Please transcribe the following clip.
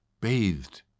bathed